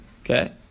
Okay